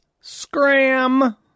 scram